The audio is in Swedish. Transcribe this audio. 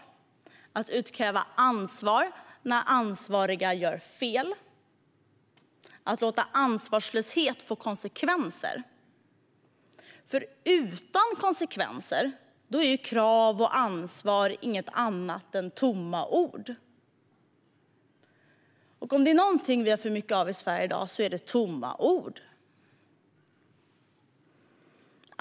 Det handlar om att utkräva ansvar när ansvariga gör fel och om att låta ansvarslöshet få konsekvenser. Utan konsekvenser är krav och ansvar inget annat än tomma ord, och om det är någonting vi har för mycket av i Sverige i dag är det tomma ord.